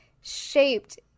shaped